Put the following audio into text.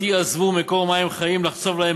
אתי עזבו מקור מים חיים לחצוב להם